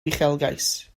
uchelgais